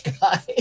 guy